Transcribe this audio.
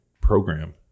program